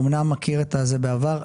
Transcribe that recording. אמנם מכיר את זה בעבר,